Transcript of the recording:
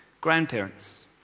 Grandparents